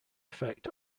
effect